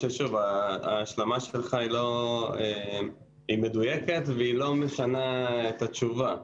ההשלמה שלך מדויקת אבל היא לא משנה את התשובה.